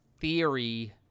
theory